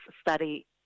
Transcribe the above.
study